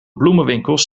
bloemenwinkels